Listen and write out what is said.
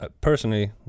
personally